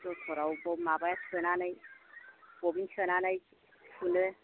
जथ'रआव माबाया सोनानै बबिन सोनानै थुनो